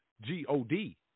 G-O-D